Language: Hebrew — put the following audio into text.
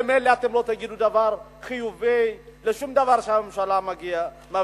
ממילא אתם לא תגידו דבר חיובי לשום דבר שהממשלה מביאה.